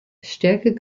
stärker